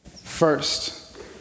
first